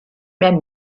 mehr